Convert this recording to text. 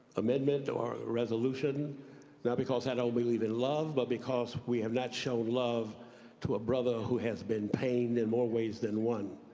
amendments or resolution not because i don't believe in love love, but because we have not shown love to a brother who has been pained in more ways than one.